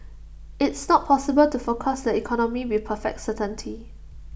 it's not possible to forecast the economy with perfect certainty